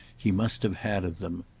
he must have had of them.